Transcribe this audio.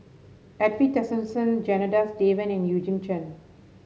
Edwin Tessensohn Janadas Devan and Eugene Chen